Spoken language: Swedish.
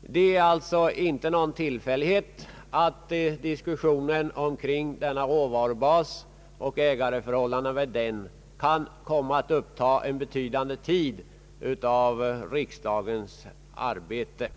Det är alltså ingen tillfällighet att diskussionen omkring denna råvarubas och dess ägandeförhållanden upptar en betydande del av riksdagens arbetstid.